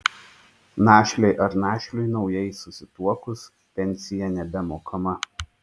našlei ar našliui naujai susituokus pensija nebemokama